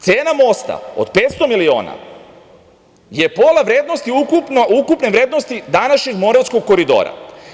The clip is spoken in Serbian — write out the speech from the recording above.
Cena mosta od 500 miliona je pola vrednosti ukupne vrednosti današnjeg Moravskog koridora.